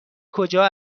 کجا